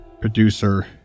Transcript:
producer